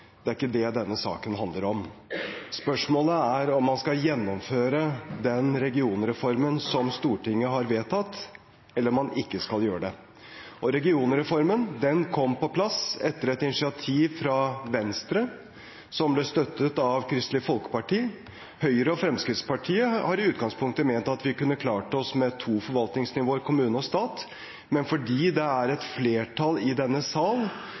Det er ikke det denne saken handler om. Spørsmålet er om man skal gjennomføre den regionreformen som Stortinget har vedtatt, eller om man ikke skal gjøre det. Regionreformen kom på plass etter et initiativ fra Venstre, som ble støttet av Kristelig Folkeparti. Høyre og Fremskrittspartiet har i utgangspunktet ment at vi kunne klart oss med to forvaltningsnivåer, kommune og stat, men fordi det er et flertall i denne sal